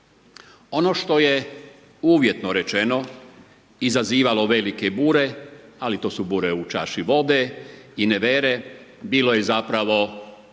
Ono što je uvjetno rečeno izazivalo velike bure, ali to su bure u čaši vode i nevere, bilo je zapravo